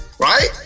Right